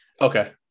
okay